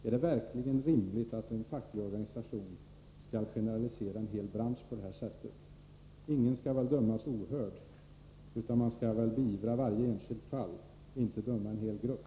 Är det verkligen rimligt att en facklig organisation skall generalisera en hel bransch på det här sättet? Ingen skall väl dömas ohörd, utan man skall enligt min mening beivra varje enskilt fall. Man skall inte heller döma en hel grupp.